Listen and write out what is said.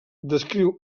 descriu